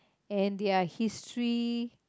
and their history